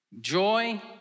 Joy